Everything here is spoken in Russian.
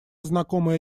знакомая